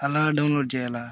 అలా డౌన్లోడ్ చేయాలా